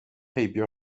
heibio